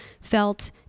felt